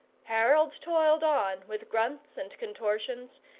harold toiled on with grunts and contortions,